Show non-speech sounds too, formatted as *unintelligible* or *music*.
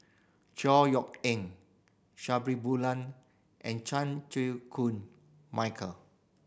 Chor Yeok Eng Sabri *unintelligible* and Chan Chew Koon Michael